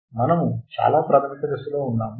మనము చాలా ప్రాథమిక దశలో ఉన్నాము